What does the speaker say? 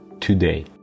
today